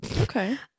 Okay